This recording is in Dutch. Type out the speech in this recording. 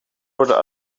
worden